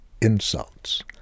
insults